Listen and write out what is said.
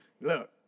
look